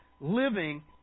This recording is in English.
living